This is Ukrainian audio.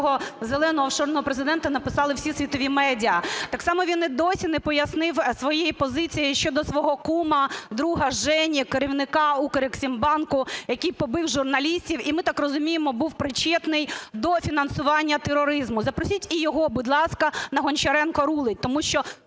"зеленого офшорного Президента", написали всі світові медіа. Так само він і досі не пояснив своєї позиції щодо свого кума, друга Жені, керівника Укрексімбанку, який побив журналістів, і ми так розуміємо, був причетний до фінансування тероризму. Запросіть і його, будь ласка, на "Гончаренко рулить", тому що